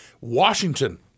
Washington